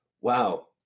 Wow